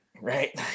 right